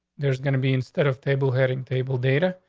there's gonna be instead of table heading table data,